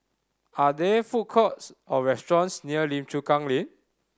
are there food courts or restaurants near Lim Chu Kang Lane